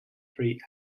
three